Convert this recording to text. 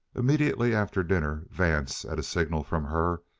immediately after dinner vance, at a signal from her,